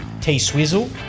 T-Swizzle